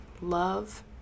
love